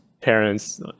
parents